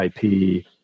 IP